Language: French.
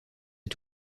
est